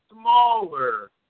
smaller